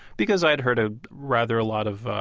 because i had heard ah rather a lot of